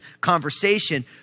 conversation